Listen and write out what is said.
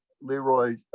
Leroy